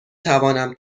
توانم